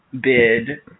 bid